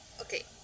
Okay